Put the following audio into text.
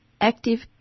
active